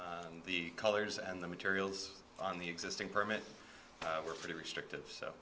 on the colors and the materials on the existing permit are pretty restrictive so